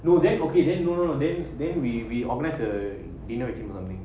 know that okay then no then then we we organize a dinner with similar meaning